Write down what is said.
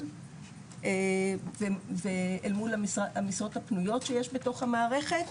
אל מול המשרות הפנויות שיש בתוך המערכת,